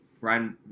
Ryan